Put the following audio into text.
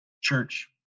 church